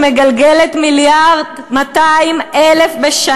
שמגלגלת 1.2 מיליארד בשנה,